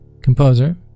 composer